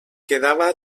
quedava